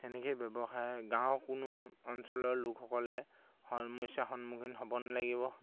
তেনেকৈয়ে ব্যৱসায় গাঁৱৰ কোনো অঞ্চলৰ লোকসকলে সমস্যাৰ সন্মুখীন হ'ব নালাগিব